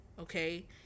Okay